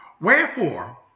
Wherefore